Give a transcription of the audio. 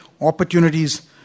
opportunities